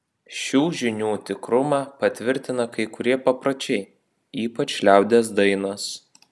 šių žinių tikrumą patvirtina kai kurie papročiai ypač liaudies dainos